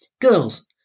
Girls